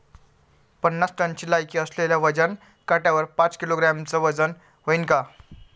पन्नास टनची लायकी असलेल्या वजन काट्यावर पाच किलोग्रॅमचं वजन व्हईन का?